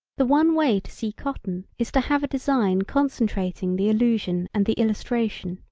the one way to see cotton is to have a design concentrating the illusion and the illustration.